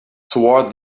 toward